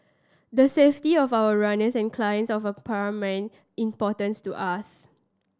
the safety of our runners and clients of a paramount importance to us